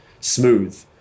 Smooth